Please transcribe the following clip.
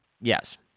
Yes